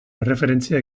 erreferentzia